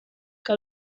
que